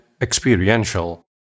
experiential